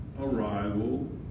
arrival